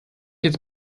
jetzt